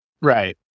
Right